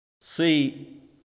See